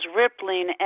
rippling